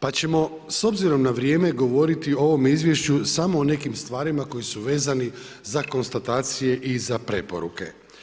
Pa ćemo, s obzirom na vrijeme govoriti o ovome izvješću samo u nekim stvarima koje su vezani za konstatacije i za preporuke.